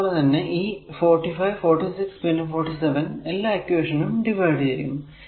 അതുപോലെ ഈ 45 46 പിന്നെ 47 എല്ലാ ഇക്വേഷനും ഡിവൈഡ് ചെയ്യുന്നു